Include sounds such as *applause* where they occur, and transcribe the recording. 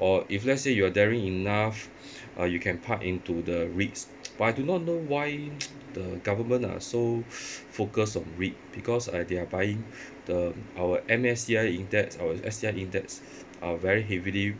or if let's say you are daring enough uh you can park into the REITs *noise* but I do not know why *noise* the government are so *breath* focus on REIT because uh they are buying the our M_S_C_I index our S_C_I index are very heavily